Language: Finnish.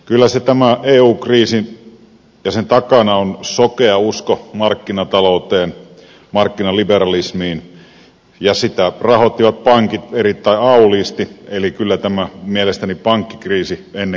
kyllä tämän eu kriisin takana on sokea usko markkinatalouteen ja markkinaliberalismiin ja sitä rahoittivat pankit erittäin auliisti eli kyllä tämä mielestäni pankkikriisi ennen kaikkea on